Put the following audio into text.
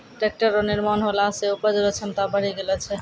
tractor रो निर्माण होला से उपज रो क्षमता बड़ी गेलो छै